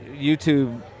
YouTube